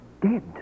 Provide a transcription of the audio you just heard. Dead